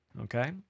Okay